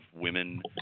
women